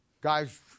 Guys